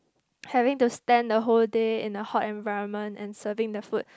having to stand the whole day in a hot environment and serving the food